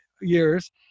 years